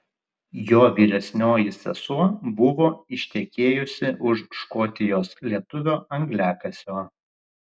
jo vyresnioji sesuo buvo ištekėjusi už škotijos lietuvio angliakasio